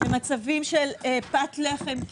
למצבים של פת לחם.